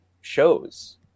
shows